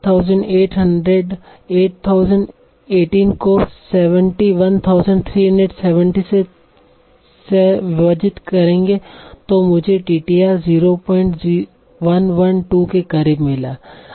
तो 8018 को 71370 से विभाजित करेंगे तो मुझे टीटीआर 0112 के करीब मिलेगा